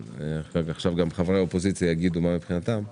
ועכשיו חברי האופוזיציה יגידו מה מבחינתם,